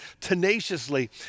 tenaciously